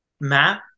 Matt